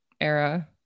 era